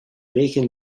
macon